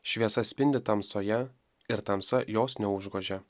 šviesa spindi tamsoje ir tamsa jos neužgožia